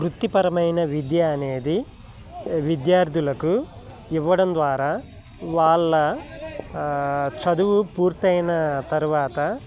వృత్తిపరమైన విద్య అనేది విద్యార్థులకు ఇవ్వడం ద్వారా వాళ్ళ చదువు పూర్తైన తరువాత